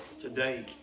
today